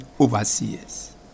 overseers